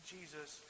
Jesus